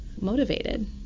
motivated